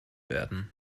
werden